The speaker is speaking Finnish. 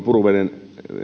puruveden